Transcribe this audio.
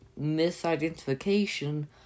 misidentification